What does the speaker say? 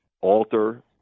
alter